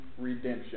redemption